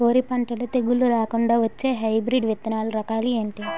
వరి పంటలో తెగుళ్లు రాకుండ వచ్చే హైబ్రిడ్ విత్తనాలు రకాలు ఏంటి?